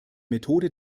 methode